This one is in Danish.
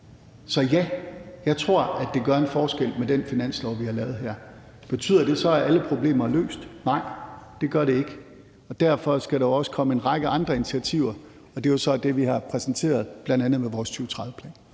Så ja, jeg tror, at det gør en forskel med den finanslov, vi har lavet her. Betyder det så, at alle problemer er løst? Nej, det gør det ikke. Derfor skal der jo også komme en række andre initiativer, og det er så det, vi har præsenteret, bl.a. med vores 2030-plan.